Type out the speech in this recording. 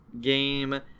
game